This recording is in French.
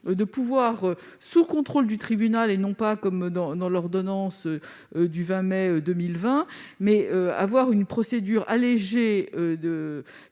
d'autoriser, sous le contrôle du tribunal et non pas comme dans l'ordonnance du 20 mai 2020, une procédure allégée